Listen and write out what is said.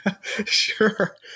Sure